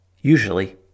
Usually